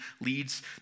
leads